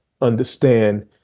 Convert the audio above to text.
understand